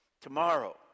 Tomorrow